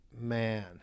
man